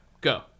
Go